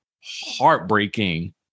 heartbreaking